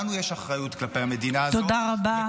לנו יש אחריות כלפי המדינה הזאת וכלפי --- תודה רבה.